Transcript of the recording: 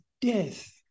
death